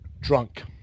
drunk